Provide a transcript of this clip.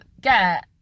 get